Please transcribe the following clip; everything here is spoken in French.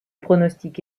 pronostic